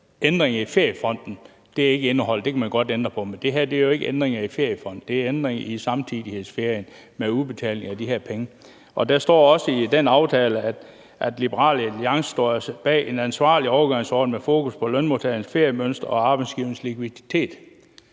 kan man godt ændre på, men det her er jo ikke en ændring i Feriefonden. Det er en ændring i samtidighedsferien med udbetaling af de her penge. Der står også i den aftale, at man, også Liberal Alliance, står bag en ansvarlig overgangsordning med fokus på lønmodtagernes feriemønster og arbejdsgivernes likviditet.